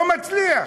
לא מצליח.